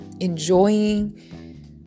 Enjoying